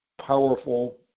powerful